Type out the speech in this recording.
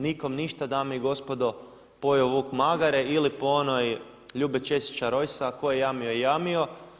Nikom ništa dame i gospodo, pojeo vuk magare ili po onoj Ljube Ćesića Rojsa tko je jamio je jamio.